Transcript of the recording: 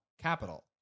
capital